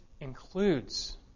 includes